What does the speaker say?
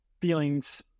feelings